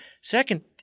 Second